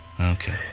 okay